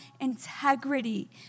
integrity